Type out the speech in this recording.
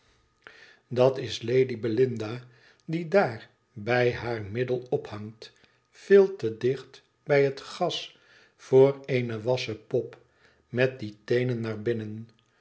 dat is lady belinda die daar bij haar middel ophangt veel te dicht bij het gas voor eene wassen pop met die teenen naar binnen